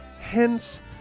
hence